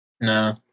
No